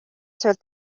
суурь